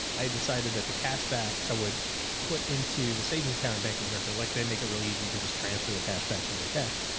i decided that the cash back i would put into the savings account and bank of america. like they make it real easy. you can just transfer the cash back into their cash.